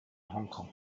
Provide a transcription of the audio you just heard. hongkong